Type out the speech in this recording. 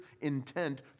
intent